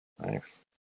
thanks